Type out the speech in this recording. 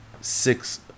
six